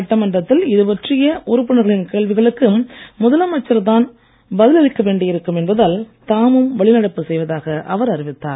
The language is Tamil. சட்டமன்றத்தில் இதுபற்றிய உறுப்பினர்களின் கேள்விகளுக்கு முதலமைச்சர் தான் பதில் அளிக்க வேண்டி இருக்கும் என்பதால் தாமும் வெளிநடப்பு செய்வதாக அவர் அறிவித்தார்